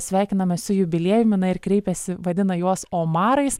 sveikiname su jubiliejumi na ir kreipėsi vadina juos omarais